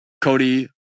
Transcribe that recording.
Cody